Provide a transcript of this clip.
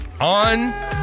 on